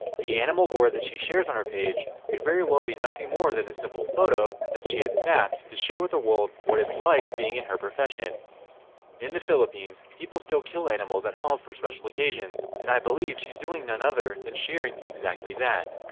the animal gore that she shares on her page could very well be nothing more than a simple photo that she had snapped to share with the world what it's like being in her profession in the philippines people still kill animals at home for special occasions and i believe she's doing none other than sharing exactly that